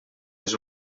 les